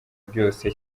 byose